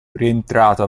rientrato